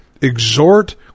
exhort